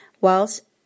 Whilst